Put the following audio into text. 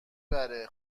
بره